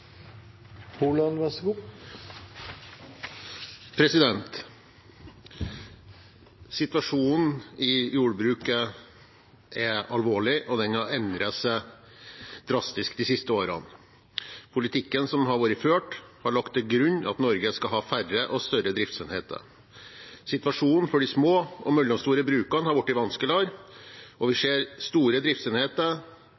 alvorlig, og den har endret seg drastisk de siste årene. Politikken som har vært ført, har lagt til grunn at Norge skal ha færre og større driftsenheter. Situasjonen for de små og mellomstore brukene har blitt vanskeligere, og vi